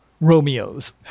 Romeos